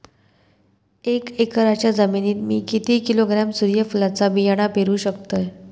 एक एकरच्या जमिनीत मी किती किलोग्रॅम सूर्यफुलचा बियाणा पेरु शकतय?